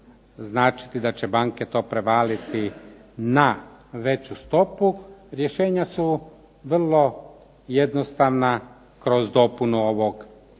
značiti da će banke to prevaliti na veću stopu rješenja su vrlo jednostavna kroz dopunu ovog